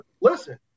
Listen